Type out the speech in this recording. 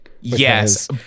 Yes